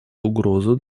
угрозу